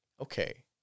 okay